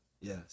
Yes